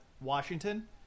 Washington